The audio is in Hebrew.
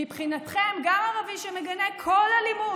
מבחינתכם גם ערבי שמגנה כל אלימות,